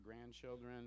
grandchildren